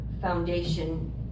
Foundation